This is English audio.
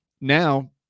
now